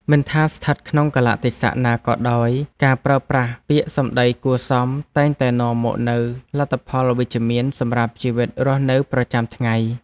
មិនថាស្ថិតក្នុងកាលៈទេសៈណាក៏ដោយការប្រើពាក្យសម្តីគួរសមតែងតែនាំមកនូវលទ្ធផលវិជ្ជមានសម្រាប់ជីវិតរស់នៅប្រចាំថ្ងៃ។